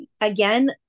again